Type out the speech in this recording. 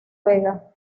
vega